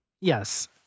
yes